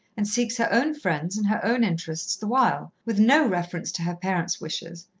and seeks her own friends and her own interests the while, with no reference to her parents' wishes.